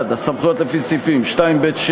1. הסמכויות לפי סעיפים 2(ב)(7),